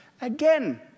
again